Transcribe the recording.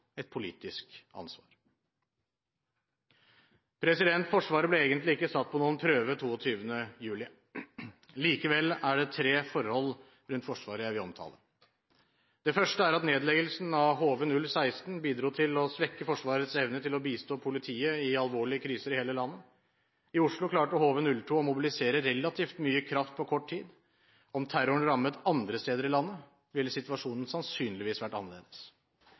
et politisk ansvar. Forsvaret ble egentlig ikke satt på noen prøve 22. juli. Likevel er det tre forhold rundt Forsvaret jeg vil omtale. Det første er at nedleggelsen av HV-016 bidro til å svekke Forsvarets evne til å bistå politiet i alvorlige kriser i hele landet. I Oslo klarte HV-02 å mobilisere relativt mye kraft på kort tid. Om terroren hadde rammet andre steder i landet, ville situasjonen sannsynligvis vært annerledes.